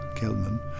Kelman